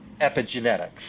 epigenetics